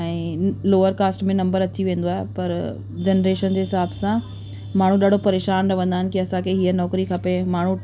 ऐं lower caste में number अची वेंदो आहे पर जनरेशन जे हिसाब सां माण्हू ॾाढो परेशान रहंदा आहिनि की असांखे हीअ नौकिरी खपे माण्हू